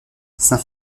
saint